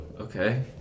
okay